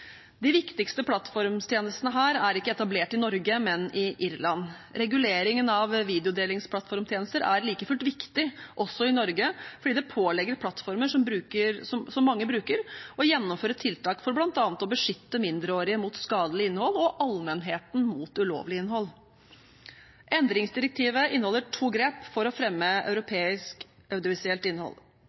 De viktigste plattformtjenestene her er ikke etablert i Norge, men i Irland. Reguleringen av videodelingsplattformtjenester er like fullt viktig også i Norge, fordi det pålegger plattformer som mange bruker, å gjennomføre tiltak for bl.a. å beskytte mindreårige mot skadelig innhold og allmennheten mot ulovlig innhold. Endringsdirektivet inneholder to grep for å fremme europeisk audiovisuelt innhold.